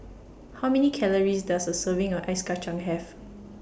How Many Calories Does A Serving of Ice Kacang Have